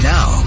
Now